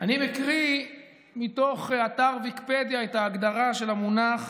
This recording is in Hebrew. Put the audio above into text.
אני מקריא מתוך אתר ויקיפדיה את ההגדרה של המונח